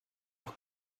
nach